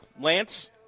Lance